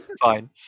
fine